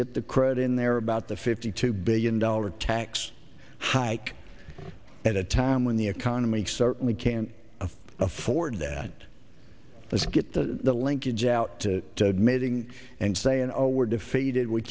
get the crowd in there about the fifty two billion dollar tax hike at a time when the economy certainly can't afford that let's get the linkage out to middling and saying oh we're defeated we